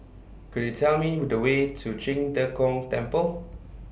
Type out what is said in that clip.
Could YOU Tell Me The Way to Qing De Gong Temple